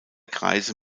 kreise